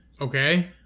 Okay